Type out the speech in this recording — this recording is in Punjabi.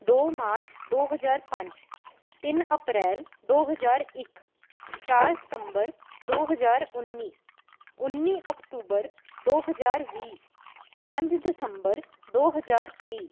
ਦੋ ਮਾਰਚ ਦੋ ਹਜ਼ਾਰ ਪੰਜ ਤਿੰਨ ਅਪ੍ਰੈਲ ਦੋ ਹਜ਼ਾਰ ਇੱਕ ਚਾਰ ਸਤੰਬਰ ਦੋ ਹਜ਼ਾਰ ਉੱਨੀ ਉੱਨੀ ਅਕਤੂਬਰ ਦੋ ਹਜ਼ਾਰ ਵੀਹ ਪੰਜ ਦਸੰਬਰ ਦੋ ਹਜ਼ਾਰ ਤੀਹ